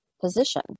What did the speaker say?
position